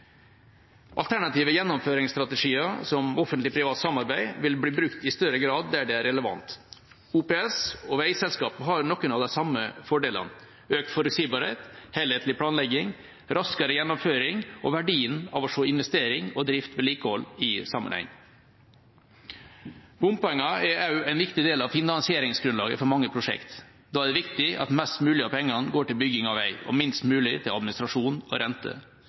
Alternative gjennomføringsstrategier som offentlig–privat samarbeid vil bli brukt i større grad der det er relevant. OPS og veiselskapet har noen av de samme fordelene: økt forutsigbarhet, helhetlig planlegging, raskere gjennomføring og verdien av å se investering og drift/vedlikehold i sammenheng. Bompenger er også en viktig del av finansieringsgrunnlaget for mange prosjekter. Da er det viktig at mest mulig av pengene går til bygging av vei og minst mulig til administrasjon og